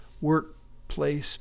workplace